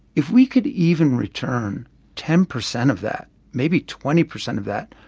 if we could even return ten percent of that, maybe twenty percent of that,